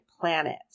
planet